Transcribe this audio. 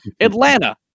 Atlanta